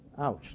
ouch